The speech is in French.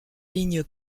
ligne